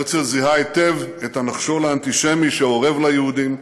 הרצל זיהה היטב את הנחשול האנטישמי שאורב ליהודים,